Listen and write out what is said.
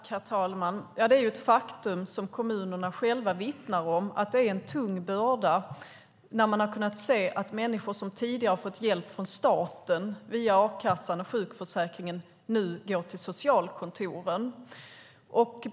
Herr talman! Det är ett faktum som kommunerna själva vittnar om att det är en tung börda när människor som tidigare har fått hjälp från staten via a-kassan och sjukförsäkringen nu går till socialkontoren.